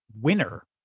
winner